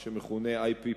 מה שמכונה IPPC,